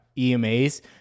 EMA's